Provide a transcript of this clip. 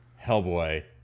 Hellboy